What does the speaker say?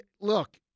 look